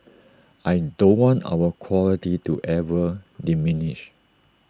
I don't want our quality to ever diminish